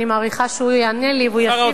אני מעריכה שהוא יענה לי והוא ישיב לי.